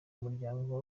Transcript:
umuryango